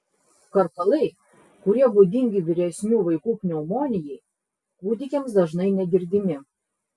karkalai kurie būdingi vyresnių vaikų pneumonijai kūdikiams dažnai negirdimi